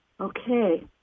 Okay